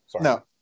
no